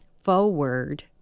forward